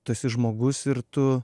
tu esi žmogus ir tu